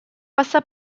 passa